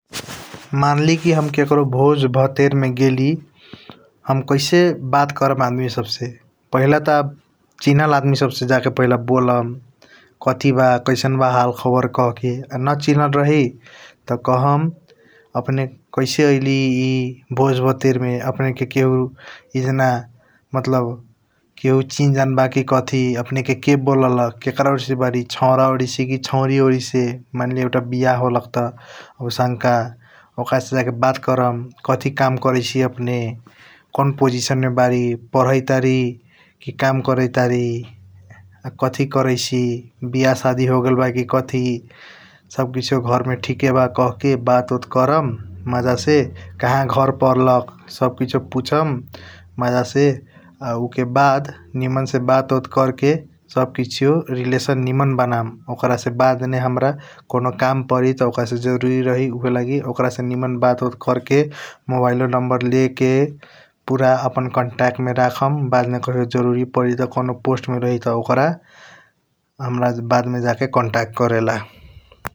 मानली की हम ककरों भोज भथेर मे गेली हम कैसे बात कर्म आदमी सब से पहिला त चेनल आदमी सब से जाके बोलम । कथी बा कैसन बा हलखबर कहके न चिनल राहली त कहं अपने कैसे आयाली ई भोज भतेर मे अपने के केहु ईजन मतलब । केहु चीन जन ब की कथी अपने के के बोलख केकर ओरई से बारी सौर ओरईसे की सौरी ओरई से मानली एउटा बियाह होलख । त आउसाँक ओकर से जाके बात कर्म कथी काम करैसी अपने काओं पज़िशन मे बारी पढ़ाइट बारी की काम करैत बारी । कथी करैसी बियाह साधी होगेल ब की कथी सब किसीओ घर मे ठीके बा कहके बात ओट कर्म मज़ा से कहा घर परलख । सब किसियों पुसम मज़ा से उके बाद सब किसियों पुसम निमन से बात ओट कर के सब कसियों रीलैशन निमन बनाम । ओकर से बाद मे हाम्रा कॉनो काम परी त ओकर से जरूरी रही त उहे लागि ओकर से बात ओट कर के मोबाईल नंबर ले के । पूरा अपन कान्टैक्ट मे रखम बदमे कहियों जरूरी रही त कॉनो पोस्ट मे रही त ओकर हम बदमे जाके कान्टैक्ट करेला ।